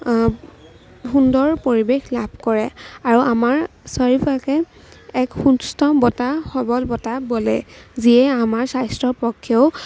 সুন্দৰ পৰিৱেশ লাভ কৰে আৰু আমাৰ চৌপাশে এক সুস্থ বতাহ সবল বতাহ বলে যিয়ে আমাৰ স্বাস্থ্যৰ পক্ষেও